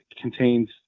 contains